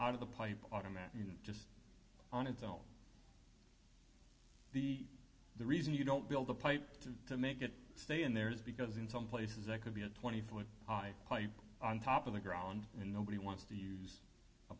out of the pipe automatically just on its own the the reason you don't build the pipe to make it stay in there is because in some places it could be a twenty foot high on top of the ground and nobody wants to use a